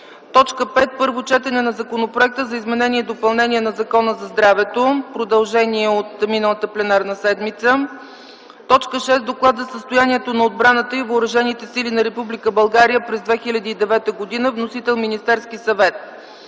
5. Първо четене на Законопроекта за изменение и допълнение на Закона за здравето – продължение от миналата пленарна седмица. 6. Доклад за състоянието на отбраната и въоръжените сили на Република България през 2009 г. Вносител - Министерският съвет.